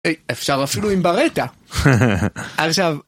אפשר אפילו עם ברטה. הא הא הא. עכשיו...